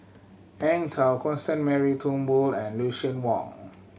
Eng Tow Constance Mary Turnbull and Lucien Wang